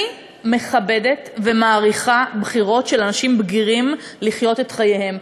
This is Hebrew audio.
אני מכבדת ומעריכה בחירות של אנשים בגירים לחיות את חייהם,